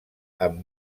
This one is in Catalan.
amb